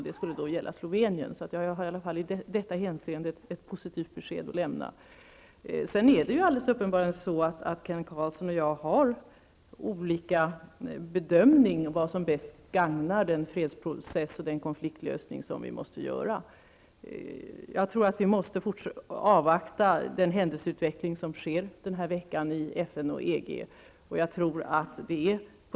Det skulle då gälla Slovenien. Jag har i alla fall i detta hänseende ett positivt besked att lämna. Kent Carlsson och jag har uppenbart gjort olika bedömningar av vad som bäst gagnar den fredsprocess och konfliktlösning som vi måste göra. Jag tror att vi måste avvakta denna veckas händelseutveckling i FN och EG.